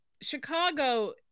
Chicago